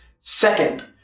Second